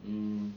hmm